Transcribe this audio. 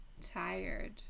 tired